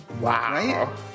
Wow